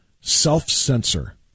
self-censor